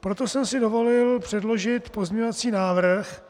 Proto jsem si dovolil předložit pozměňovací návrh,